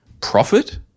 profit-